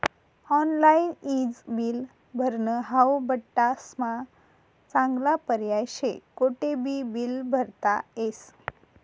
online ईज bill भरनं हाऊ बठ्ठास्मा चांगला पर्याय शे, कोठेबी बील भरता येस